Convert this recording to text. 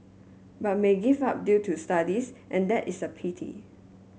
but may give up due to studies and that is a pity